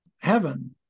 heaven